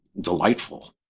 delightful